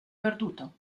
perduto